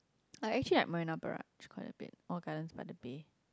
I actually like Marina-Barrage quite a bit or Gardens-by-the-Bay